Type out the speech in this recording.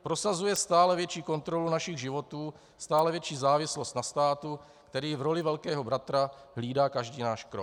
Prosazuje stále větší kontrolu našich životů, stále větší závislost na státu, který v roli velkého bratra hlídá každý náš krok.